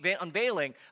unveiling